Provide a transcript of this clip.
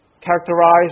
characterized